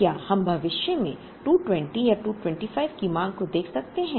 अब क्या हम भविष्य में 220 या 225 की मांग को देख सकते हैं